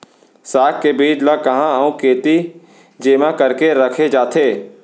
साग के बीज ला कहाँ अऊ केती जेमा करके रखे जाथे?